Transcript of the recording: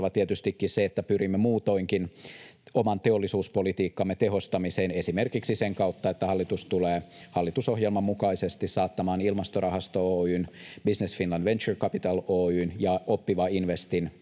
tietystikin se, että pyrimme muutoinkin oman teollisuuspolitiikkamme tehostamiseen, esimerkiksi sen kautta, että hallitus tulee hallitusohjelman mukaisesti saattamaan Ilmastorahasto Oy:n, Business Finland Venture Capital Oy:n ja Oppiva Investin